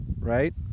right